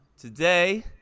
Today